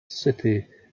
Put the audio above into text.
city